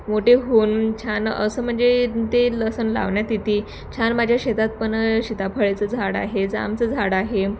मोठे होऊन छान असं म्हणजे ते लसूण लावण्यात येते छान माझ्या शेतात पण सीताफळाचं झाड आहे जामचं झाड आहे